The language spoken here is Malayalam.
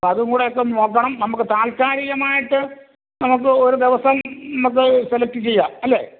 അതുംകൂടെ ഒക്കെ ഒന്ന് നോക്കണം നമുക്ക് താൽക്കാലികമായിട്ട് നമുക്ക് ഒരു ദിവസം നമുക്ക് സെലക്ട് ചെയ്യാം അല്ലേ